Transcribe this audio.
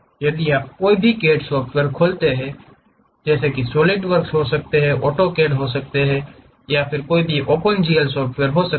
यदि आप कोई भी CAD सॉफ्टवेयर खोलते हैं जैसे की सॉलिड वर्क्स हो सकते हैं ऑटोकैड ये विकल्प आपके पास होगा या ओपेन GL होगा